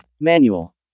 Manual